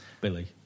Billy